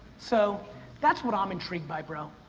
so that's what i'm intrigued by, bro.